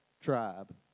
tribe